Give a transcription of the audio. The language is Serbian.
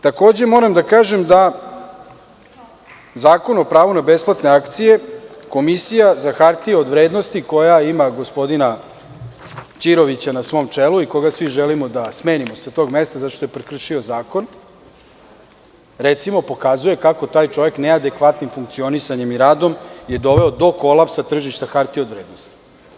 Takođe moram da kažem da Zakon o pravu na besplatne akcije, Komisija za hartije od vrednosti koja ima gospodina Ćirovića na svom čelu i koga svi želimo da smenimo sa tog mesta zato što je prekršio zakon, recimo, pokazuje kako taj čovek neadekvatnim funkcionisanjem i radom je doveo do kolapsa tržišta hartija od vrednosti.